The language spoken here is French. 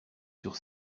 sur